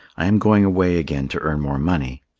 i am going away again to earn more money.